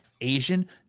Asian